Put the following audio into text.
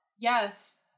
Yes